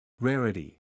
Rarity